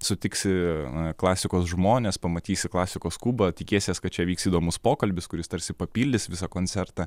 sutiksi klasikos žmones pamatysi klasikos kubą tikėsies kad čia vyks įdomus pokalbis kuris tarsi papildys visą koncertą